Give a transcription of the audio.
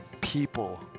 people